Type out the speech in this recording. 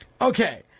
Okay